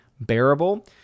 bearable